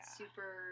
super